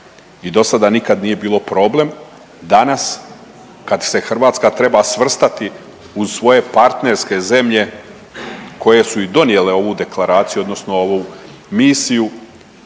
i dosada nikad nije bilo problem, danas kad se Hrvatska treba svrstati uz svoje partnerske zemlje koje su i donijele ovu deklaraciju odnosno ovu misiju,